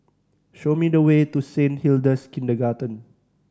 show me the way to Saint Hilda's Kindergarten